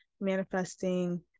manifesting